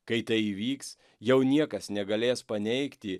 kai tai įvyks jau niekas negalės paneigti